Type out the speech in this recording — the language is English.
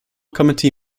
committee